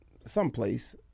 someplace